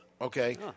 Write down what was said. Okay